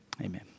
Amen